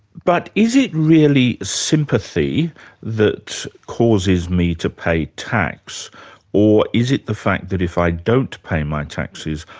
but is it really sympathy that causes me to pay tax or is it the fact that if i don't pay my taxes,